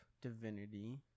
Divinity